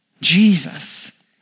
Jesus